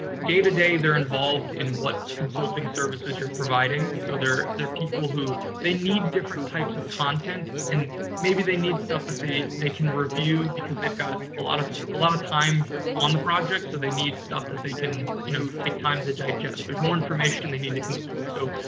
day to day they're involved in what consulting services you're providing. so, they're they're people who. they need different types of content and maybe they need stuff that they they can review because they've got a lot of ah lot of time on the project, so they need stuff that they can you know take time to digest. there's more information they need to consume. so,